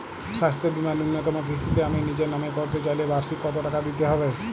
স্বাস্থ্য বীমার ন্যুনতম কিস্তিতে আমি নিজের নামে করতে চাইলে বার্ষিক কত টাকা দিতে হবে?